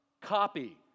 copy